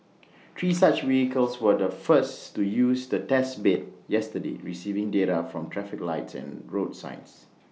three such vehicles were the first to use the test bed yesterday receiving data from traffic lights and road signs